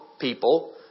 people